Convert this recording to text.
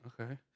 Okay